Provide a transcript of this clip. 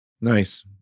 Nice